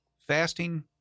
Fasting